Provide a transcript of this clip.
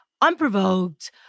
unprovoked